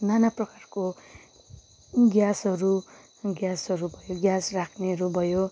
नाना प्रकारको ग्यासहरू ग्यासहरू भयो ग्यास राख्नेहरू भयो